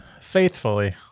Faithfully